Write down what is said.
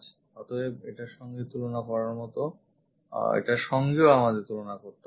অতএব এটার সঙ্গে তুলনা করার মত এটার সঙ্গেও আমাদের তুলনা করতে হবে